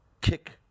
kick